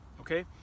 Okay